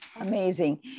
Amazing